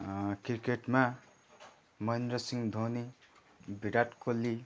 क्रिकेटमा महेन्द्र सिहं धोनी विराट कोहली